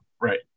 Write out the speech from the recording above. right